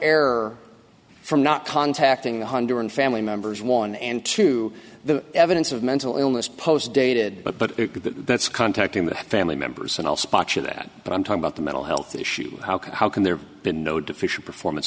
error from not contacting the honduran family members one and two the evidence of mental illness post dated but that's contacting the family members and all spacek that but i'm talking about the mental health issue how can how can there been no deficient performance